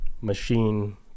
Machine